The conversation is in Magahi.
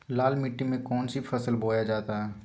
लाल मिट्टी में कौन सी फसल बोया जाता हैं?